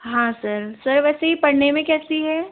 हाँ sir sir वैसे ये पढ़ने में कैसी है